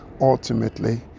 ultimately